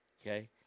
Okay